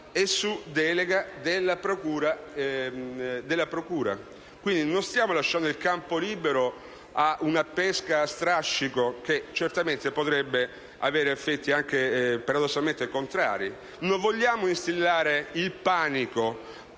e su delega della procura. Non stiamo lasciando il campo libero ad una pesca a strascico, che certamente potrebbe avere effetti paradossalmente contrari. Non vogliamo instillare il panico,